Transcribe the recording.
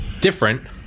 different